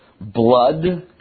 blood